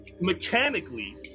Mechanically